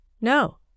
No